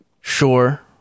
Sure